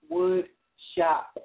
Woodshop